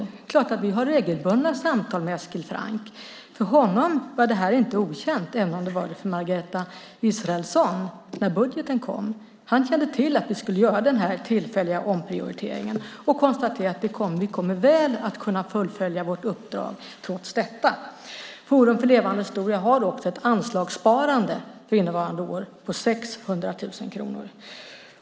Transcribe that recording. Det är klart att vi har regelbundna samtal med Eskil Franck. För honom var det här inte okänt när budgeten kom, även om det var det för Margareta Israelsson. Han kände till att vi skulle göra den här tillfälliga omprioriteringen och konstaterade att man kommer att kunna fullfölja sitt uppdrag väl trots detta. Forum för levande historia har också ett anslagssparande för innevarande år på 600 000 kronor.